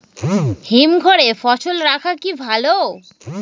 হিমঘরে ফসল রাখা কি ভালো?